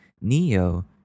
Neo